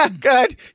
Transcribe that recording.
good